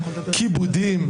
כיבודים".